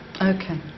Okay